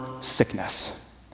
sickness